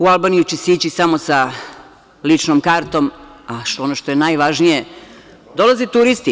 U Albaniju će se ići samo sa ličnom kartom, a ono što je najvažnije dolaze i turisti.